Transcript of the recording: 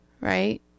Right